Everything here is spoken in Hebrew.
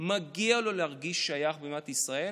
מגיע לו להרגיש שייך למדינת ישראל,